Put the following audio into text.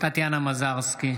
טטיאנה מזרסקי,